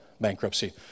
bankruptcy